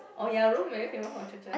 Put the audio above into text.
oh ya Rome very famous for churches